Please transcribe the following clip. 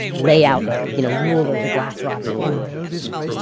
lay out like you know rulers or glass rods or anything anymore.